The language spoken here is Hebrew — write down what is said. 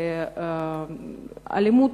ואלימות,